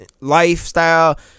lifestyle